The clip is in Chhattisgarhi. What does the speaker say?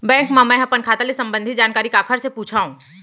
बैंक मा मैं ह अपन खाता ले संबंधित जानकारी काखर से पूछव?